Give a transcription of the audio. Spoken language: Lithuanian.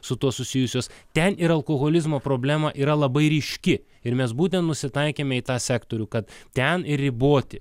su tuo susijusios ten ir alkoholizmo problema yra labai ryški ir mes būtent nusitaikėme į tą sektorių kad ten ir riboti